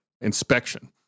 inspection